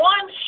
One